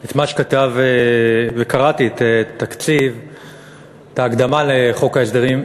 את התקציב וקראתי את ההקדמה לחוק ההסדרים,